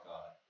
God